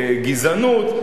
לגזענות.